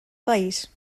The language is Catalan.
país